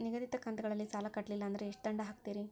ನಿಗದಿತ ಕಂತ್ ಗಳಲ್ಲಿ ಸಾಲ ಕಟ್ಲಿಲ್ಲ ಅಂದ್ರ ಎಷ್ಟ ದಂಡ ಹಾಕ್ತೇರಿ?